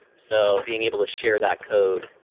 so being able to share that code,